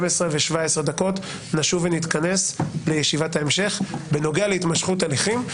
נשוב ונתכנס לישיבת ההמשך בנוגע להתמשכות הליכים.